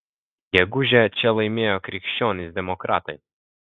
gegužę čia laimėjo krikščionys demokratai